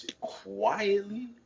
Quietly